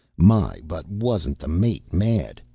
my, but wasn't the mate mad!